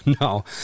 No